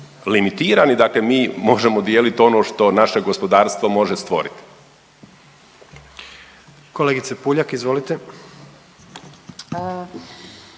limitirani. Dakle mi možemo dijeliti ono što naše gospodarstvo može stvoriti. **Jandroković,